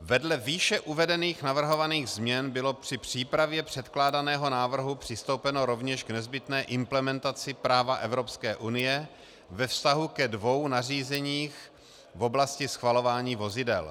Vedle výše uvedených navrhovaných změn bylo při přípravě předkládaného návrhu přistoupeno rovněž k nezbytné implementaci práva EU ve vztahu ke dvěma nařízením v oblasti schvalování vozidel.